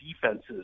defenses